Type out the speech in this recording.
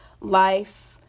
life